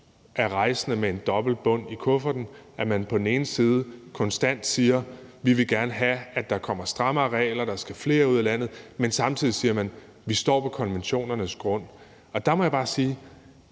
er rejsende med en dobbeltbund i kufferten, idet man på den ene side konstant siger, at man gerne vil have, at der kommer strammere regler, og at flere skal ud af landet, mens man samtidig siger: Vi står på konventionernes grund. Der må jeg bare sige,